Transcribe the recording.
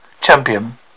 champion